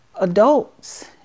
adults